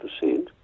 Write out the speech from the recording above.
percent